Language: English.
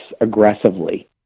aggressively